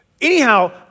anyhow